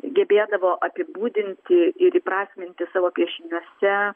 gebėdavo apibūdinti ir įprasminti savo piešiniuose